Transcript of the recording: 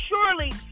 Surely